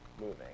moving